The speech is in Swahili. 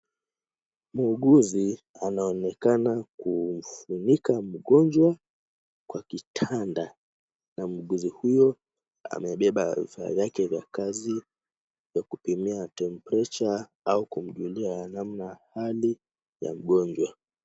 Muuguzi anaonekana kumfunika mgonjwa kwa kitanda na muuguzi huyo amebeba vifaa vyake vya kazi vya kupimia temperature au kumjulia namna hali ya mgojwa.